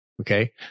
Okay